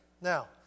Now